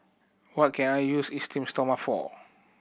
what can I use Esteem Stoma for